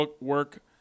work